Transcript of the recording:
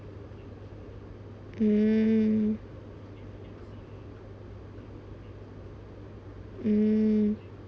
mm mm